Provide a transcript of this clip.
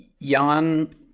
Jan